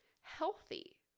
healthy